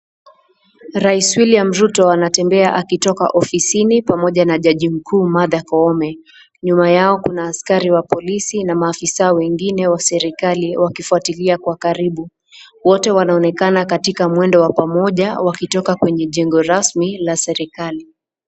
Rais William Ruto anatembea akitoka ofisini pamoja na jaji mkuu Martha Koome. Nyuma yao kuna askari wa polisi na maafisa wengine wa serikali wakifuatilia kwa karibu. Wote wanaonekana katika mwendo wa pamoja wakitoka kwenye jengo rasmi wa serikali.